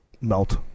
melt